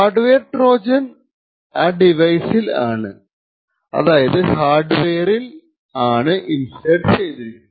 hard wear Trojan ആ ഡിവൈസിൽ ആണ് അതായത് ഹാർഡ് വെയറിൽ ആണ് ഇൻസേർട്ട് ചെയ്തിരിക്കുന്നത്